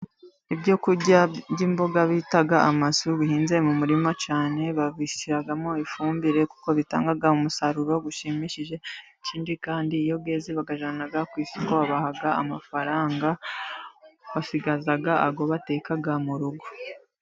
Ibyo kurya by'imboga bita amashu bihinze mu murima, cyane babishyiramo ifumbire kuko bitanga umusaruro ushimishije, ikindi kandi iyo yeze bayajyana ku isoko, babaha amafaranga, basigaza ayo bateka mu rugo.